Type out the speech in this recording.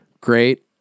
Great